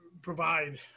provide